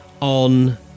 on